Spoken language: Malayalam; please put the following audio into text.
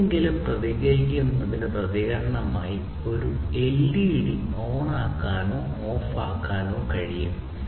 എന്തെങ്കിലും പ്രതികരിക്കുന്നതിന് പ്രതികരണമായി ഒരു എൽഇഡി ഓണാക്കാനോ ഓഫാക്കാനോ കഴിയും